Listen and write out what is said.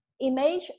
image